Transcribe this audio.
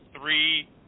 three